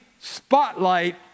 spotlight